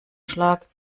schlag